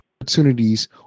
opportunities